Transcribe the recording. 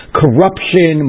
corruption